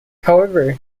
however